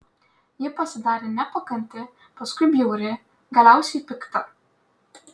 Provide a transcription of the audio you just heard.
ji pasidarė nepakanti paskui bjauri galiausiai pikta